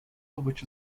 which